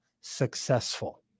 successful